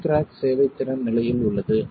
M கிராக் சேவைத்திறன் நிலையில் உள்ளது